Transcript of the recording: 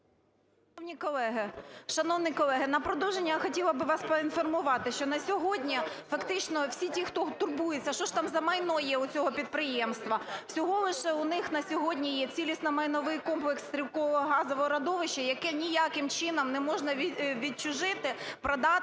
Шановні колеги, на продовження хотіла би вас проінформувати, що на сьогодні фактично всі, хто турбується, що ж там за майно є у цього підприємства, всього лише у них на сьогодні є цілісно-майновий комплекс Стрілкового газового родовища, яке ніяким чином не можна відчужити, продати